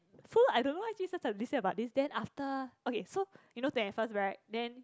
so I don't know why but this then after okay so you know twenty first right then